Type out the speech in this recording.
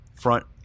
front